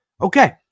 okay